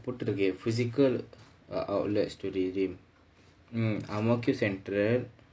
போட்டுருக்கு:potturukku physical outlets to redeem mm ang mo kio central